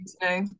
today